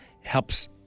helps